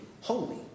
Holy